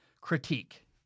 critique